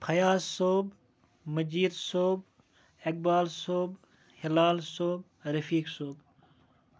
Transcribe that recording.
فیاض صٲب مجیٖد صٲب اقبال صٲب حِلال صٲب رفیٖق صٲب